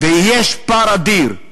ויש פער אדיר.